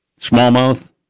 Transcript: Smallmouth